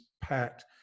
packed